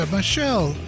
Michelle